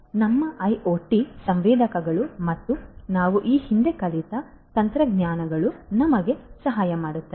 ಆದ್ದರಿಂದ ನಮ್ಮ ಐಒಟಿ ಸಂವೇದಕಗಳು ಮತ್ತು ನಾವು ಈ ಹಿಂದೆ ಕಲಿತ ತಂತ್ರಜ್ಞಾನಗಳು ನಮಗೆ ಸಹಾಯ ಮಾಡುತ್ತದೆ